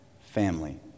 Family